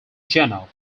jenna